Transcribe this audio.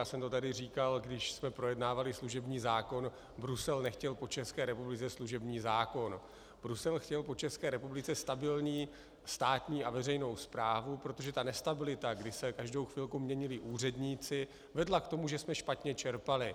Já jsem to tady říkal, když jsme projednávali služební zákon, Brusel nechtěl po České republice služební zákon, Brusel chtěl po České republice stabilní státní a veřejnou správu, protože ta nestabilita, kdy se každou chvilku měnili úředníci, vedla k tomu, že jsme špatně čerpali.